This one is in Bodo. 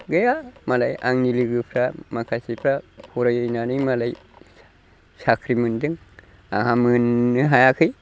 गैया मालाय आंनि लोगोफ्रा माखासेफ्रा फरायनानै मालाय साख्रि मोनदों आंहा मोननो हायाखै